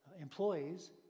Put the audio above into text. employees